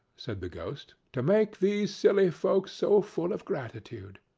said the ghost, to make these silly folks so full of gratitude.